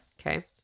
Okay